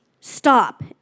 stop